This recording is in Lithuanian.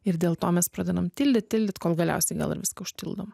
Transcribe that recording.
ir dėl to mes pradedam tildyt tildyt kol galiausiai gal ir viską užtildom